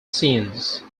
since